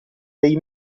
dei